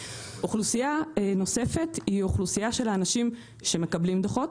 אוכלוסייה נוספת היא אוכלוסייה של אנשים שמקבלים דוחות